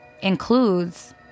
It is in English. includes